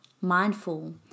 mindful